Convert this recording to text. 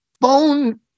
phone